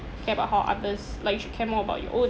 care about how others like you should care more about your own